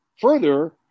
further